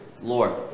Lord